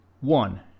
One